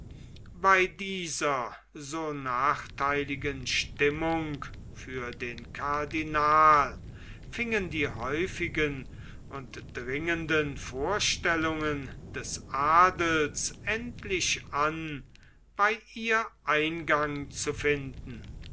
bei dieser so nachtheiligen stimmung für den cardinal fingen die häufigen und dringenden vorstellungen des adels endlich an bei ihr eingang zu finden